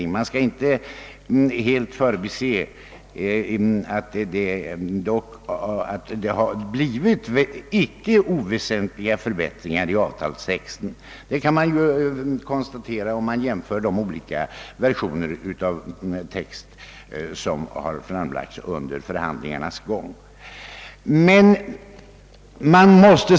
Vi skall dock inte helt förbise att delegationen har lyckats åstadkomma icke oväsentliga förbättringar i avtalstexten. Det framgår vid en jämförelse av de olika textversioner som framlagts under förhandlingarnas gång.